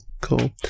cool